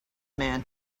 man